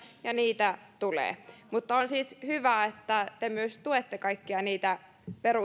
ja niitä tulee mutta on siis hyvä että te myös tuette kaikkia niitä